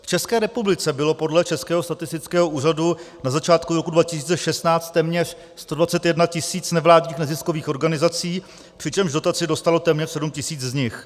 V České republice bylo podle Českého statistického úřadu na začátku roku 2016 téměř 121 tisíc nevládních neziskových organizací, přičemž dotaci dostalo téměř 7 tisíc z nich.